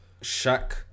Shaq